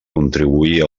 contribuir